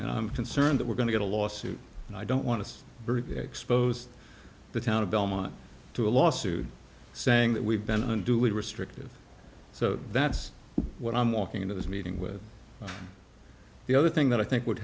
i'm concerned that we're going to get a lawsuit and i don't want to expose the town of belmont to a lawsuit saying that we've been unduly restrictive so that's what i'm walking into this meeting with the other thing that i think would